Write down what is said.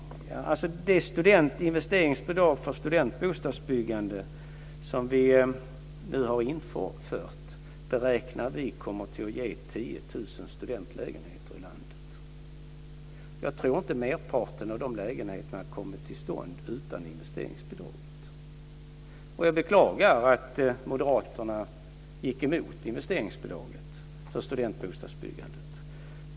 Vi beräknar att det investeringsbidrag för studentbostadsbyggande som vi nu har infört kommer att ge 10 000 studentlägenheter i landet. Jag tror inte att merparten av de lägenheterna hade kommit till stånd utan investeringsbidraget. Jag beklagar att moderaterna gick emot investeringsbidraget för studentbostadsbyggandet.